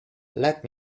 let